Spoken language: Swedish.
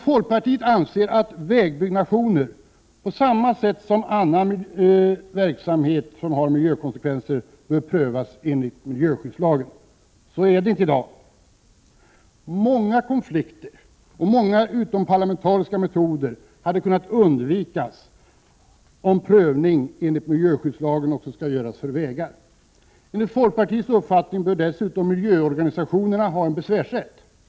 Folkpartiet anser att vägbyggnationer på samma sätt som annan verksamhet som har miljökonsekvenser bör prövas enligt miljöskyddslagen. Så är det inte i dag. Många konflikter och många utomparlamentariska metoder hade kunna undvikas om även vägar hade prövats enligt miljöskyddslagen. Enligt folkpartiets uppfattning bör dessutom miljöorganisationerna ha besvärsrätt. Socialde Prot.